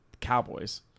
Cowboys